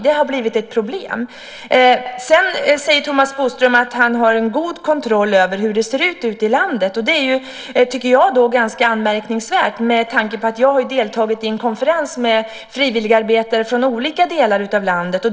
Det har blivit ett problem. Sedan säger Thomas Bodström att han har en god kontroll över hur det ser ut ute i landet. Det tycker jag är ganska anmärkningsvärt med tanke på att jag har deltagit i en konferens med frivilligarbetare från olika delar av landet.